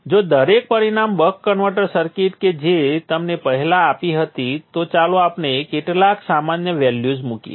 જો દરેક પરિણામ બક કન્વર્ટર સર્કિટ કે જે તમને પહેલાં આપી હતી તો ચાલો આપણે કેટલાક સામાન્ય વેલ્યુજ મૂકીએ